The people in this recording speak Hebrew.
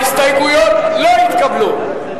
ההסתייגויות של קבוצת סיעת בל"ד לסעיף 06,